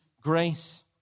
grace